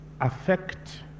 affect